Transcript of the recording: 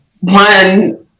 one